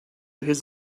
his